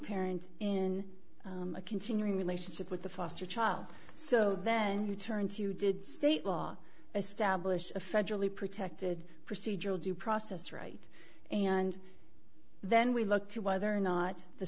parent in a continuing relationship with the foster child so then we turn to you did state law establish a federally protected procedural due process right and then we look to whether or not the